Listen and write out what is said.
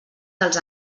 dels